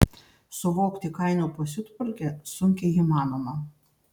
suvokti kainų pasiutpolkę sunkiai įmanoma